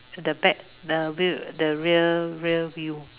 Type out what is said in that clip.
the back the rear the rear rear view